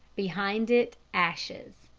behind it ashes.